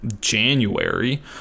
january